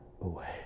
away